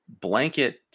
blanket